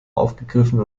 aufgegriffen